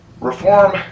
Reform